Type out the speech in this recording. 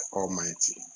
almighty